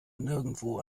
nirgendwo